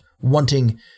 wanting